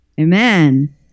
Amen